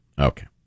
Okay